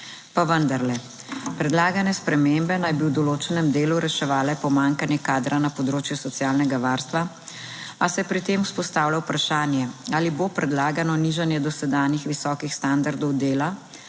Pa vendarle, predlagane spremembe naj bi v določenem delu reševale pomanjkanje kadra na področju socialnega varstva, a se pri tem vzpostavlja vprašanje, ali bo predlagano nižanje dosedanjih visokih standardov dela